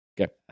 Okay